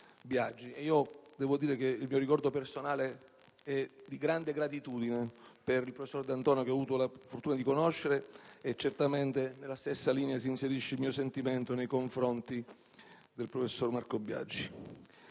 professor Biagi. Il mio ricordo personale è di grande gratitudine per il professor D'Antona, che ho avuto la fortuna di conoscere, e certamente nella stessa linea si inserisce il mio sentimento nei confronti del professor Marco Biagi.